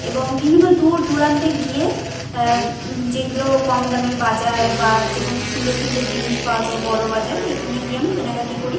এবং বিভিন্ন দূর দূরান্তে গিয়ে যেগুলো কম দামের বাজার বা যেখানে সুন্দর সুন্দর জিনিস পাওয়া যায় বড়োবাজার এখানে গিয়ে আমি কেনাকাটা করি